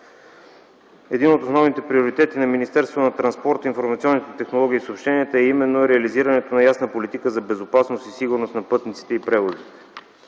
информационните технологии и съобщенията е именно реализирането на ясна политика за безопасност и сигурност на пътниците и превозите.